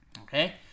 Okay